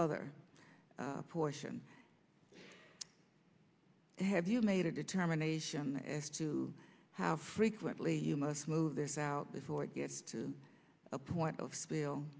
other portion have you made a determination as to how frequently you must move this out before it gets to a point of s